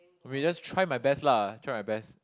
maybe just try my best lah try my best